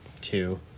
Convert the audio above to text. Two